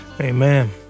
Amen